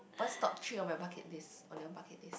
burst top three of my bucket list on your bucket list